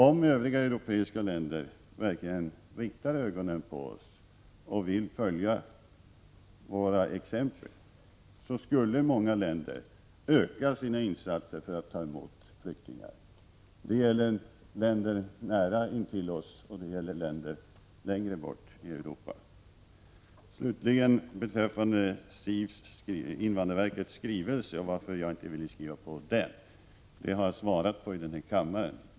Om övriga europeiska länder verkligen riktade ögonen på oss och ville följa vårt exempel, så skulle många länder öka sina insatser för att ta emot flyktingar. Det gäller länder nära intill oss, och det gäller länder längre bort i Europa. Beträffande invandrarverkets skrivelse — och frågan varför jag inte ville skriva på den — har jag svarat i denna kammare.